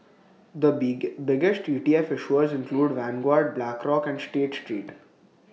the big biggest E T F issuers include Vanguard Blackrock and state street